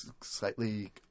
slightly